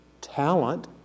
talent